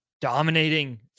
dominating